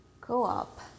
Co-op